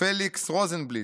פליכס רוזנבליט,